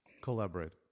collaborate